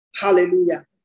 Hallelujah